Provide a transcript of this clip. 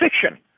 fiction